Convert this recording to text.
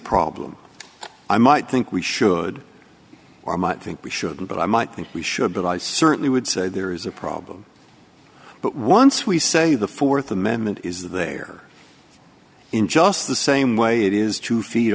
problem i might think we should or might think we shouldn't but i might think we should but i certainly would say there is a problem but once we say the th amendment is there in just the same way it is to fee